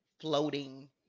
floating